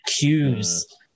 cues